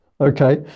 Okay